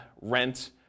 rent